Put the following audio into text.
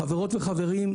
חברים וחברות,